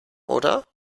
oder